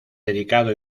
dedicado